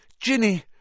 Ginny